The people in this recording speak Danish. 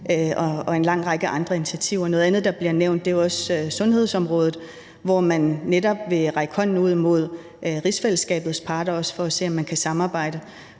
en lang række andre initiativer. Noget andet, der også bliver nævnt, er jo sundhedsområdet, hvor man netop vil række hånden ud mod rigsfællesskabets parter for at se, om man kan samarbejde.